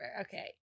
Okay